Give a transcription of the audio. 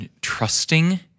trusting